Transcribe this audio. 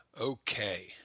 Okay